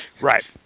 Right